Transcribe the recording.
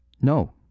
No